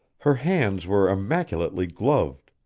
her hands were immaculately gloved.